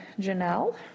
Janelle